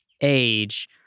age